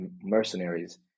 mercenaries